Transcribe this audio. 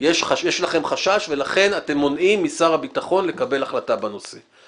יש לכם חשש ולכן אתם מונעים משר הביטחון לקבל החלטה בנושא.